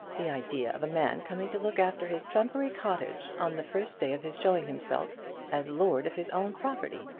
the idea of a man coming to look after his trumpery cottage on the first day of his showing himself as lord of his own property!